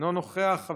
אינו נוכח,